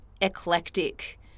eclectic